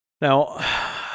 Now